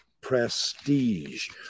prestige